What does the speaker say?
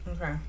Okay